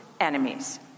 enemies